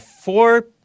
Four